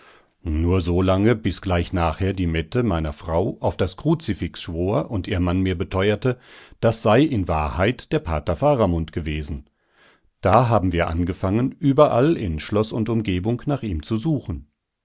nur so lange bis gleich nachher die mette meiner frau auf das kruzifix schwor und ihr mann mir beteuerte das sei in wahrheit der pater faramund gewesen da haben wir angefangen überall in schloß und umgebung nach ihm zu suchen